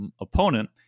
opponent